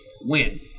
win